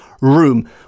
room